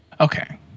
Okay